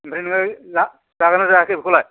ओमफ्राय नोङो जा जादोंना जायाखै बेखौलाय